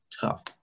tough